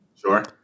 Sure